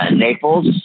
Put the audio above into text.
Naples